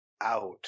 out